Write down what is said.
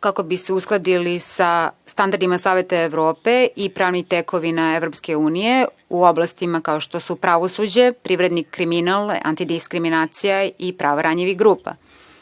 kako bi se uskladili sa standardima Saveta Evrope i pravnim tekovinama Evropske unije u oblastima kao što su pravosuđe, privredni kriminal, antidiskriminacija i prava ranjivih grupa. Naš